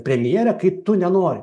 premjere kai tu nenori